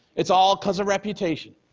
it's all because of reputation.